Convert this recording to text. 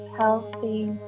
healthy